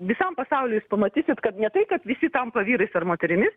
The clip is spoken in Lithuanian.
visam pasauliui jūs pamatysit kad ne tai kad visi tampa vyrais ar moterimis